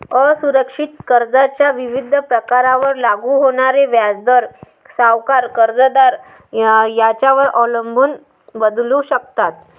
असुरक्षित कर्जाच्या विविध प्रकारांवर लागू होणारे व्याजदर सावकार, कर्जदार यांच्यावर अवलंबून बदलू शकतात